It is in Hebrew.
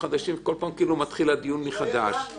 חדשים וכל פעם הדיון מתחיל מחדש -- לא ידענו.